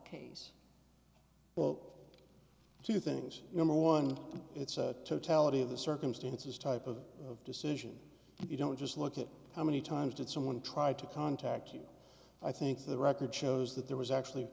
case well two things number one it's a totality of the circumstances type of decision you don't just look at how many times did someone tried to contact you i think the record shows that there was actually